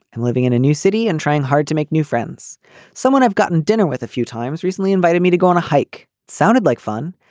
and living in a new city and trying hard to make new friends someone have gotten dinner with a few times recently invited me to go on a hike. sounded like fun.